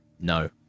No